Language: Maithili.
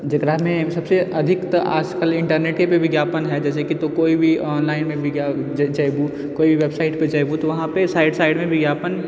जकरामे सबसँ अधिक तऽ आजकल इन्टरनेटेपर विज्ञापन हइ जैसेकि तऽ कोइ भी ऑनलाइनमे जैबू कोइ भी वेबसाइटपर जैबू तऽ वहाँपर साइड साइडमे विज्ञापन